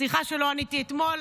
סליחה שלא עניתי אתמול.